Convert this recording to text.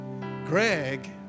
Greg